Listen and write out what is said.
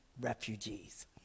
refugees